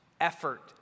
effort